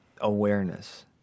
Awareness